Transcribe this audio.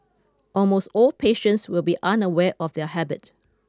almost all patients will be unaware of their habit